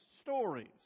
stories